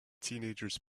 teenagers